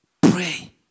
Pray